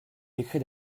décrets